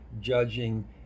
judging